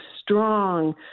strong